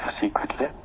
secretly